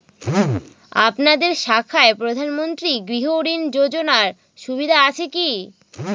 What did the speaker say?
আপনাদের শাখায় প্রধানমন্ত্রী গৃহ ঋণ যোজনার সুবিধা আছে কি?